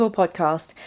podcast